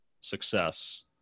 success